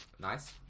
Nice